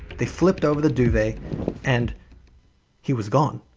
they flipped over the duvet and he was gone.